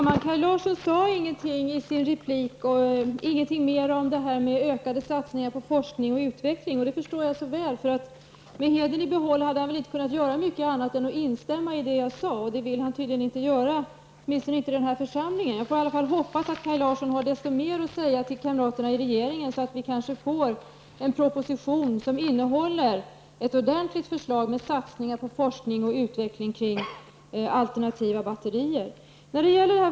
Fru talman! Kaj Larsson sade i sin replik ingenting mer om detta med ökad satsning på forskning och utveckling. Det förstår jag så väl, för med hedern i behåll hade han inte kunnat göra mycket annat än att instämma i det jag sade, och det vill han tydligen inte göra, åtminstone i den här församlingen. Jag hoppas att Kaj Larsson har desto mer att säga till kamraterna i regeringen, så att vi kan få en proposition som innehåller ett förslag om ordentliga satsningar på forskning och utveckling kring alternativa batterier.